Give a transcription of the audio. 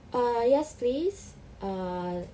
err yes please err